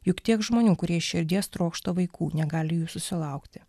juk tiek žmonių kurie iš širdies trokšta vaikų negali jų susilaukti